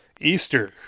Easter